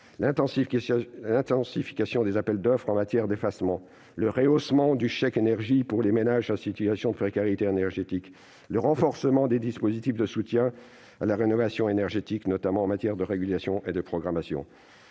l'intensification des appels d'offres en matière d'effacement, le rehaussement du chèque énergie pour les ménages en situation de précarité énergétique, ou encore le renforcement des dispositifs de soutien à la rénovation énergétique, notamment en matière de régulation et de programmation.